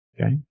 okay